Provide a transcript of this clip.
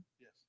Yes